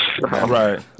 Right